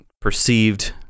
Perceived